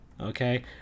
Okay